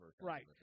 Right